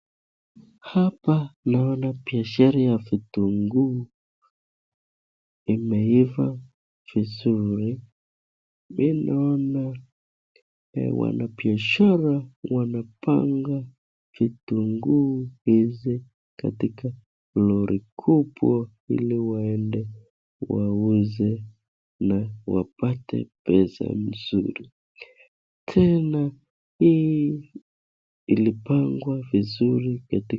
Hapa naona biashara ya vitunguu imeiva vizuri pia naona wanabiashara wamepanga vitunguu hizi katika lori kubwa ili waende wauze na wapate pesa mzuri. Tena hii ilipangwa vizuri katika.